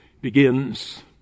begins